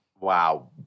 Wow